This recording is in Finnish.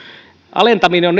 alentaminen on